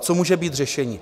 Co může být řešením?